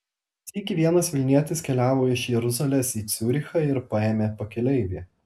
sykį vienas vilnietis keliavo iš jeruzalės į ciurichą ir paėmė pakeleivį